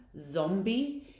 zombie